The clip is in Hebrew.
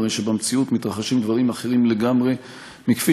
במציאות מתרחשים דברים אחרים לגמרי מכפי